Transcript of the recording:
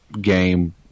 game